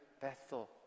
Bethel